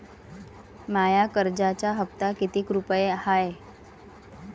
माया कर्जाचा हप्ता कितीक रुपये हाय?